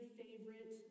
favorite